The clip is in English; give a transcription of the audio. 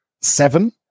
seven